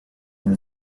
new